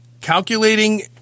calculating